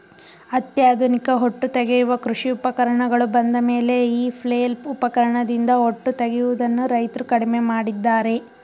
ಅತ್ಯಾಧುನಿಕ ಹೊಟ್ಟು ತೆಗೆಯುವ ಕೃಷಿ ಉಪಕರಣಗಳು ಬಂದಮೇಲೆ ಈ ಫ್ಲೈಲ್ ಉಪಕರಣದಿಂದ ಹೊಟ್ಟು ತೆಗೆಯದನ್ನು ರೈತ್ರು ಕಡಿಮೆ ಮಾಡಿದ್ದಾರೆ